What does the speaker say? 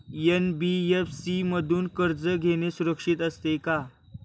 NBFC मधून कर्ज घेणे सुरक्षित असते का?